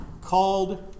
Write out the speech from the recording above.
called